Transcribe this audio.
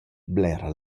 blera